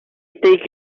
take